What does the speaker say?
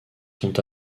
sont